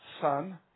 son